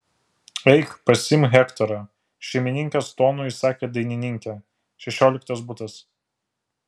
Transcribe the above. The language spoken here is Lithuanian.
eik pasiimk hektorą šeimininkės tonu įsakė dainininkė šešioliktas butas